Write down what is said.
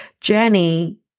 journey